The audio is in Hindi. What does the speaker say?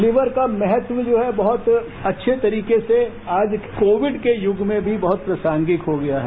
लीवर का महत्व जो है बहुत अच्छे तरीके से आज कोविड के युग में भी बहुत प्रासंगिक हो गया है